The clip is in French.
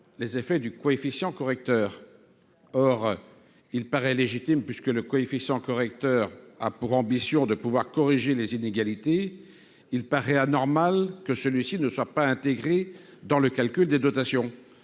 les effets du coefficient correcteur, or il paraît légitime puisque le coefficient correcteur a pour ambition de pouvoir corriger les inégalités, il paraît anormal que celui-ci ne soit pas intégrées dans le calcul des dotations